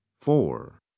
Four